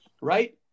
right